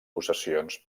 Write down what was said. possessions